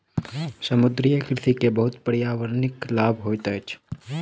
समुद्रीय कृषि के बहुत पर्यावरणिक लाभ होइत अछि